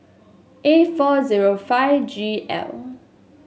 A four zero five G L